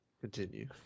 continue